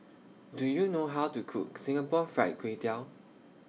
Do YOU know How to Cook Singapore Fried Kway Tiao